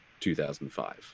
2005